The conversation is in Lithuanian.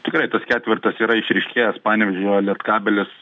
tikrai tas ketvertas yra išryškėjęs panevėžio lietkabelis